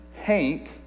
Hank